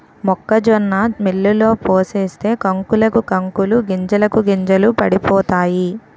మొక్కజొన్న మిల్లులో పోసేస్తే కంకులకు కంకులు గింజలకు గింజలు పడిపోతాయి